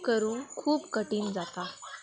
करूं खूब कठीण जाता